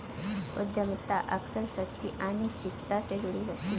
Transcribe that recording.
उद्यमिता अक्सर सच्ची अनिश्चितता से जुड़ी होती है